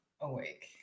awake